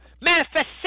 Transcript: manifestation